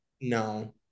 No